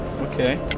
Okay